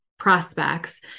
prospects